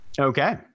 okay